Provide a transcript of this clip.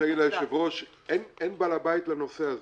אדוני היושב-ראש, אין בעל הבית לדברים האלה.